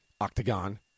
octagon